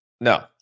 no